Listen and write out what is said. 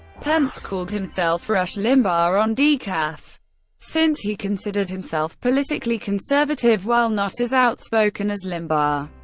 pence called himself rush limbaugh on decaf since he considered himself politically conservative while not as outspoken as limbaugh.